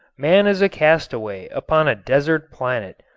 man is a castaway upon a desert planet,